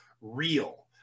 real